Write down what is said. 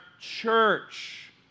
church